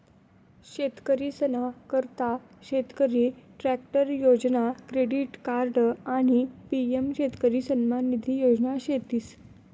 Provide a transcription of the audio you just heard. शेतकरीसना करता शेतकरी ट्रॅक्टर योजना, क्रेडिट कार्ड आणि पी.एम शेतकरी सन्मान निधी योजना शेतीस